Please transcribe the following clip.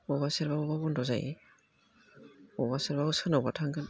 अबावबा सेरबा बन्द' जायो अबावबा सेरबा सोरनावबा थांगोन